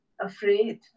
afraid